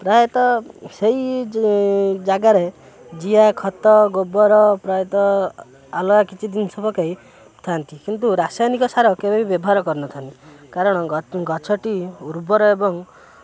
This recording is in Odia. ପ୍ରାୟତଃ ସେଇ ଜାଗାରେ ଜିଆ ଖତ ଗୋବର ପ୍ରାୟତଃ ଆଲଗା କିଛି ଜିନିଷ ପକାଇଥାନ୍ତି କିନ୍ତୁ ରାସାୟନିକ ସାର କେବେ ବି ବ୍ୟବହାର କରିନଥାନ୍ତି କାରଣ ଗଛଟି ଉର୍ବର ଏବଂ